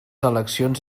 eleccions